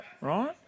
Right